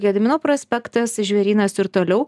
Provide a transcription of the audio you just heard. gedimino prospektas žvėrynas ir toliau